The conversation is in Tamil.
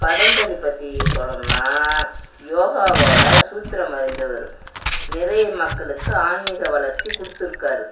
பதஞ்சலி பற்றி சொல்லணுன்னால் யோகாவோடய சூத்திரம் அறிஞ்சவர் நிறைய மக்களுக்கு ஆன்மீக வளர்ச்சி கொடுத்துருக்காரு